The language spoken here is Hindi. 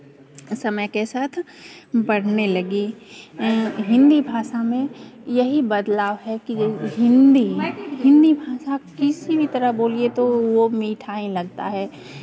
समय के साथ बढ़ने लगी हिंदी भाषा में यही बदलाब है कि हिंदी हिंदी भाषा किसी भी तरह बोलिए तो वो मीठा ही लगता है